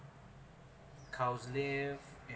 cows live and